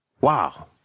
Wow